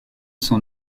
son